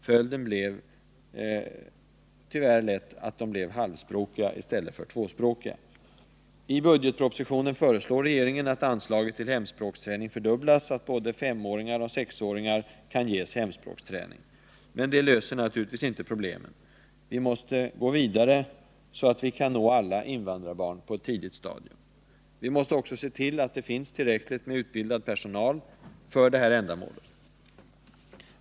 Följden blev tyvärr lätt att barnen blev halvspråkiga i stället för tvåspråkiga. I budgetpropositionen föreslår regeringen att anslaget till hemspråksträning fördubblas så att både femoch sexåringarna skall kunna ges hemspråksträning. Men det löser naturligtvis inte problemen. Vi måste gå vidare så att vi kan nå alla invandrarbarn på ett tidigt stadium. Vi måste också se till att det finns tillräckligt med utbildad personal för detta ändamål.